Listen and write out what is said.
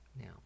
Now